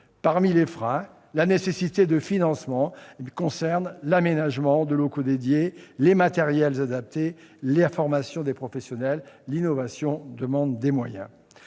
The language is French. on trouve la nécessité de financement pour l'aménagement de locaux dédiés, pour les matériels adaptés, pour la formation des professionnels. L'innovation demande des moyens.